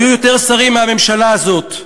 היו יותר שרים מבממשלה הזאת.